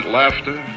laughter